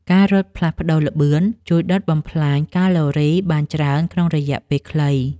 ការរត់ផ្លាស់ប្តូរល្បឿន ជួយដុតបំផ្លាញកាឡូរីបានច្រើនក្នុងរយៈពេលខ្លី។